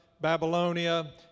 Babylonia